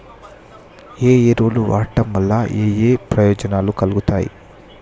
ఏ ఎరువులు వాడటం వల్ల ఏయే ప్రయోజనాలు కలుగుతయి?